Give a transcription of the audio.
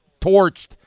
torched